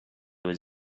was